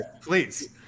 Please